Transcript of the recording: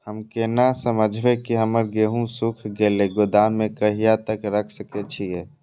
हम केना समझबे की हमर गेहूं सुख गले गोदाम में कहिया तक रख सके छिये?